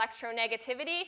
electronegativity